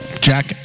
Jack